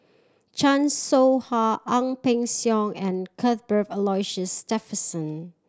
Chan Soh Ha Ang Peng Siong and Cuthbert Aloysius Shepherdson